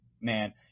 man –